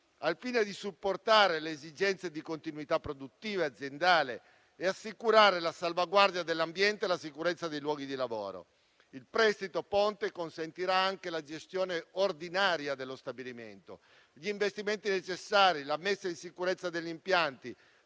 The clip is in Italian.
al fine di supportare le esigenze di continuità produttiva e aziendale e assicurare la salvaguardia dell'ambiente e della sicurezza dei luoghi di lavoro. Il prestito ponte consentirà anche la gestione ordinaria dello stabilimento, gli investimenti necessari, la messa in sicurezza degli impianti,